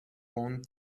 one